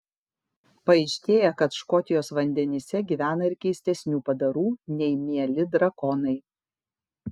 paaiškėja kad škotijos vandenyse gyvena ir keistesnių padarų nei mieli drakonai